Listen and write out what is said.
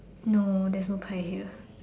no there's no pie here